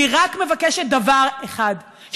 אני רק מבקשת דבר אחד,